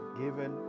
given